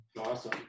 Awesome